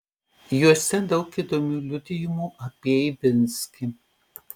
juose daug įdomių liudijimų apie ivinskį